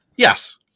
Yes